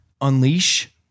unleash